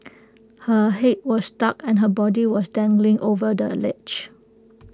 her Head was stuck and her body was dangling over the ledge